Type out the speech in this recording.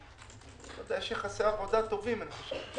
יש יחסי עבודה טובים, אני חושב.